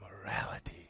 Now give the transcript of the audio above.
morality